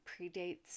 predates